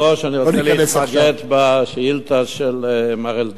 אני רוצה להתמקד בשאילתא של מר אלדד.